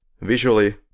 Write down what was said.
Visually